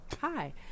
hi